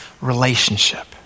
relationship